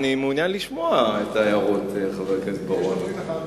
אני מעוניין לשמוע את ההערות, חבר הכנסת בר-און.